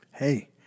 Hey